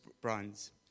bronze